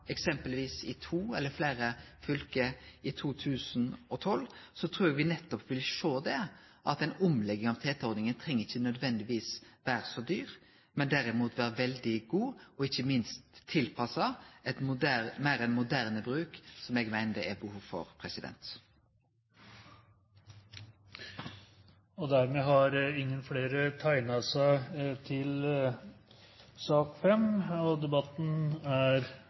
to eller fleire fylke, i 2012, trur eg me vil sjå at ei omlegging av TT-ordninga ikkje nødvendigvis treng å vere så dyr, men derimot vere veldig god og ikkje minst tilpassa ein meir moderne bruk, som eg meiner det er behov for. Flere har ikke bedt om ordet til sak nr. 5. Bakgrunnen for denne interpellasjonen er